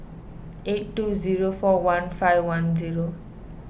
eight two zero four one five one zero